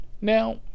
now